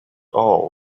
all